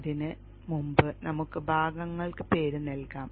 അതിനുമുമ്പ് നമുക്ക് ഭാഗങ്ങൾക്ക് പേര് നൽകാം